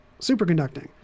superconducting